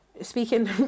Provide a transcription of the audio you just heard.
speaking